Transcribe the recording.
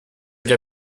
agli